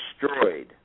destroyed